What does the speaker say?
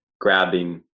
grabbing